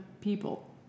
people